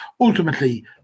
ultimately